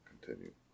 Continue